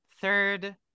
Third